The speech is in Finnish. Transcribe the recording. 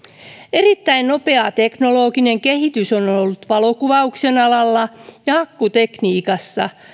erittäin nopeaa teknologinen kehitys on ollut valokuvauksen alalla ja akkutekniikassa